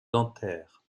dentaire